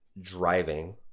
driving